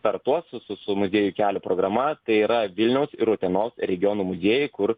startuos su su muziejų kelio programa tai yra vilniaus ir utenos regionų muziejai kur